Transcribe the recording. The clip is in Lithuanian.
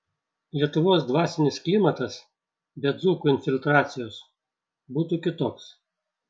lietuvos dvasinis klimatas be dzūkų infiltracijos būtų kitoks